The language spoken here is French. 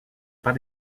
pas